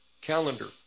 calendar